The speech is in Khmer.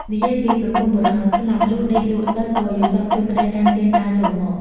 និយាយពីប្រពន្ធបុរសស្លាប់ លុះដេកលក់ទៅ ក៏យល់សប្តិឃើញប្តីកាន់ទៀនដើរចូលមក ។